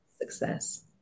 success